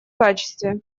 качестве